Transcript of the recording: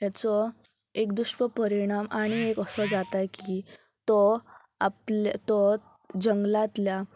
हेचो एक दुश्य परिणाम आनी एक असो जाता की तो आपले तो जंगलांतल्या